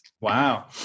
Wow